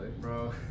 Bro